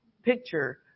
picture